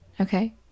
okay